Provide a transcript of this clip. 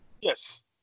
Yes